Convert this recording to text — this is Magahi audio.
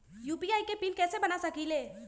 यू.पी.आई के पिन कैसे बना सकीले?